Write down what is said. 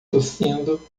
tossindo